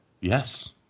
yes